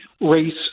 race